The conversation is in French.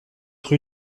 rue